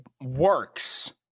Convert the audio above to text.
works